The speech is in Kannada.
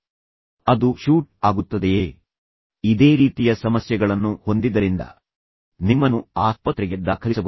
ನಿಮಗೆ ಶಕ್ತಿಯ ನಷ್ಟ ಆಗುತ್ತದೆಯೇ ಅಥವಾ ನೀವು ಮೂರ್ಛಿತರಾಗುತ್ತೀರಾ ಅಥವಾ ನಿಮ್ಮ ರಕ್ತದೊತ್ತಡಕ್ಕೆ ಏನಾದರೂ ಸಂಭವಿಸುತ್ತದೆಯೇ ನೀವು ಈಗಾಗಲೇ ಇದೇ ರೀತಿಯ ಸಮಸ್ಯೆಗಳನ್ನು ಹೊಂದಿದ್ದರಿಂದ ನಿಮ್ಮನ್ನು ಆಸ್ಪತ್ರೆಗೆ ದಾಖಲಿಸಬಹುದು